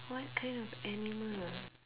what kind of animal ah